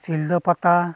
ᱥᱤᱞᱫᱟ ᱯᱟᱛᱟ